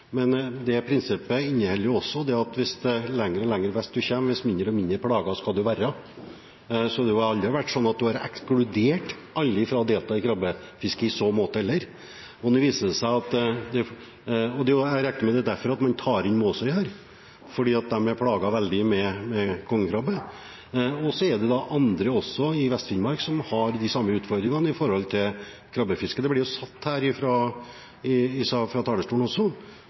men er imot at dei som er mest plaga, skal få koma inn i fisket? Dette prinsippet ligger fortsatt fast, men det prinsippet inneholder også at dess lenger vest en kommer, dess mindre plaget skal en være. Det har aldri vært sånn at en har ekskludert alle fra å delta i krabbefisket i så måte. Jeg regner med at det er derfor man tar inn Måsøy, fordi de er veldig plaget med kongekrabbe. Og så er det også andre i Vest-Finnmark som har de samme utfordringene med hensyn til krabbefisket. Det blir sagt her fra talerstolen også